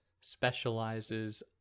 specializes